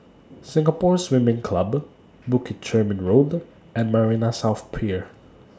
Singapore Swimming Club Bukit Chermin Road and Marina South Pier